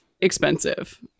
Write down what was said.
expensive